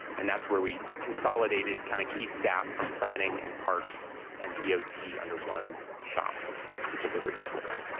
and where we we consolidated kind of key staff from planning and parks and d o t. under one shop to to deliver this work.